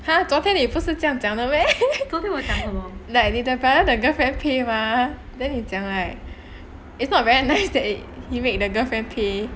!huh! 昨天你不是这样讲的 meh like 你的 brother 的 girlfriend pay mah then 你讲 like it's not very nice that he make the girlfriend pay